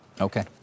Okay